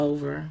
Over